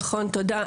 נכון, תודה.